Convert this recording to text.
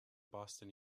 boston